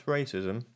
Racism